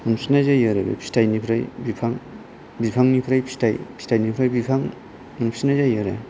मोनफिननाय जायो आरो बे फिथाइनिफ्राय बिफां बिफांनिफ्राय फिथाइ फिथाइनिफ्राय बिफां मोनफिननाय जायो आरो